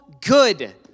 good